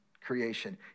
creation